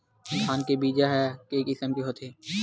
धान के बीजा ह के किसम के होथे?